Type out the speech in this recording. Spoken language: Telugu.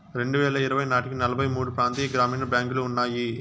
రెండువేల ఇరవై నాటికి నలభై మూడు ప్రాంతీయ గ్రామీణ బ్యాంకులు ఉన్నాయి